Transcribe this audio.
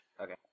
Okay